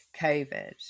COVID